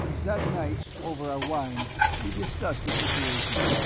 that night over our wine we discussed the situation,